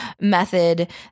Method